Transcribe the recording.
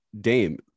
dame